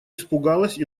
испугалась